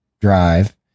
drive